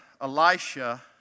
Elisha